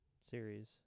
series